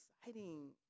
exciting